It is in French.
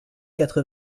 quatre